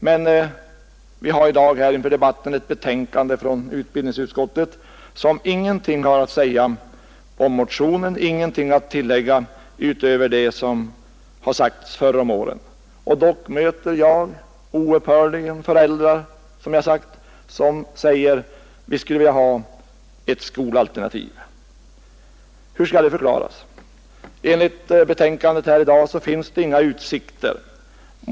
Men i det betänkande från utbildningsutskottet som vi behandlar i dag sägs ingenting om motionen, ingenting utöver vad som sagts förr om åren. Och dock möter jag som sagt oupphörligen föräldrar som säger sig vilja ha ett skolalternativ. Hur skall det förklaras? Enligt utskottsbetänkandet finns det inga utsikter.